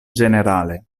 ĝenerale